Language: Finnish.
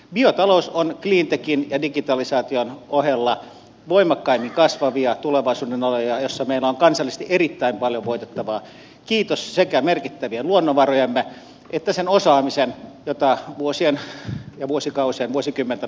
biotalous on cleantechin ja digitalisaation ohella voimakkaimmin kasvavia tulevaisuuden aloja jossa meillä on kansallisesti erittäin paljon voitettavaa kiitos sekä merkittävien luonnonvarojemme että sen osaamisen jota vuosien ja vuosikausien vuosikymmenten aikana on suomeen kertynyt